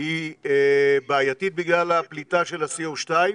היא בעייתית בגלל הפליטה של ה-CO2?